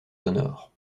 sonores